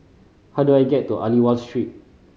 how do I get to Aliwal Street